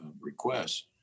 requests